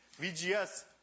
VGS